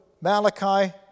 Malachi